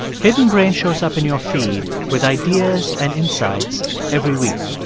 hidden brain shows up in your feed with ideas and insights every week.